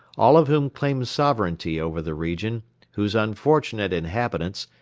all of whom claimed sovereignty over the region whose unfortunate inhabitants,